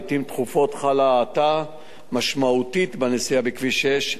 לעתים תכופות חלה האטה משמעותית בנסיעה בכביש 6,